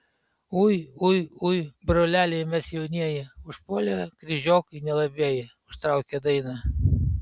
ui ui ui broleliai mes jaunieji užpuolė kryžiokai nelabieji užtraukė dainą